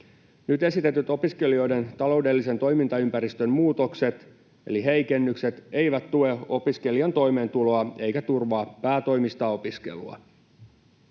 Nyt esitetyt opiskelijoiden taloudellisen toimintaympäristön muutokset — eli heikennykset — eivät tue opiskelijan toimeentuloa eivätkä turvaa päätoimista opiskelua.